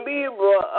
Libra